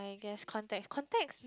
yes context context